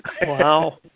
Wow